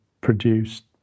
produced